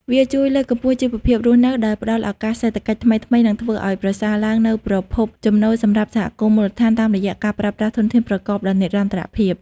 វាជួយលើកកម្ពស់ជីវភាពរស់នៅ ដោយផ្ដល់ឱកាសសេដ្ឋកិច្ចថ្មីៗ និងធ្វើឱ្យប្រសើរឡើងនូវប្រភពចំណូលសម្រាប់សហគមន៍មូលដ្ឋាន តាមរយៈការប្រើប្រាស់ធនធានប្រកបដោយនិរន្តរភាព។